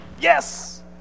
yes